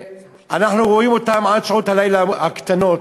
ואנחנו רואים אותם שם עד שעות הלילה הקטנות.